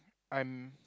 I'm